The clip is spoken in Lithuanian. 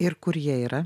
ir kur jie yra